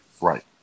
Right